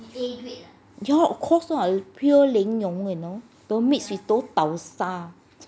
ya of course lah it's pure 莲蓉 you know don't mix with those daosa